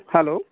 hello